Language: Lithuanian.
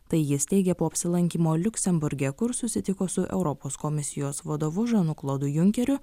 tai jis teigė po apsilankymo liuksemburge kur susitiko su europos komisijos vadovu žanu klodu junkeriu